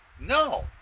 no